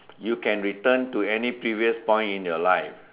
you can return to any previous point in your life